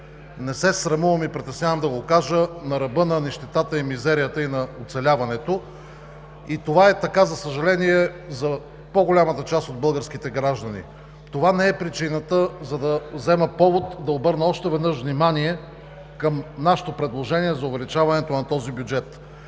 не се срамувам и не се притеснявам да го кажа – на ръба на нищетата, мизерията и оцеляването. За съжаление, това е така за по-голямата част от българските граждани. Това не е причината, за да взема повод и да обърна още веднъж внимание към нашето предложение за увеличаване на този бюджет.